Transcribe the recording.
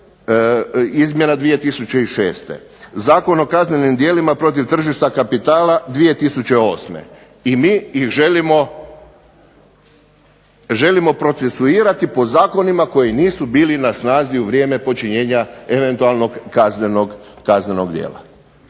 izmjena 2006. Zakon o kaznenim djelima protiv tržišta kapitala 2008. i mi ih želimo procesuirati po zakonima koji nisu bili na snazi u vrijeme počinjenja eventualnog kaznenog djela.